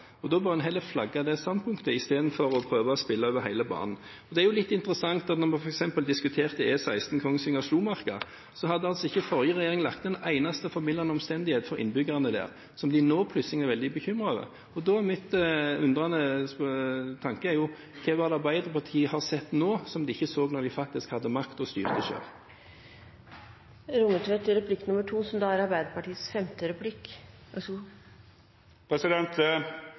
bompengetakster? Da bør en heller flagge det standpunktet istedenfor å prøve å spille over hele banen. Det er litt interessant at da vi f.eks. diskuterte E16 Kongsvinger-Slomarka, så hadde altså ikke forrige regjering lagt inn en eneste formildende omstendighet for innbyggerne der, men nå er de plutselig veldig bekymret over det. Da er min undrende tanke: Hva er det Arbeiderpartiet har sett nå, som de ikke så da de faktisk hadde makt og styring selv? Rommetveit til replikk nummer to, som da er Arbeiderpartiets femte replikk. Vær så god.